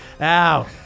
Ow